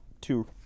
two